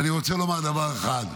ואני רוצה לומר דבר אחד,